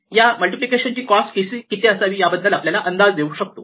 या मल्टिप्लिकेशन ची कॉस्ट किती असावे याबद्दल आपल्याला अंदाज येऊ शकतो